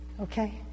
Okay